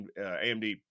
AMD